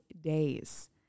days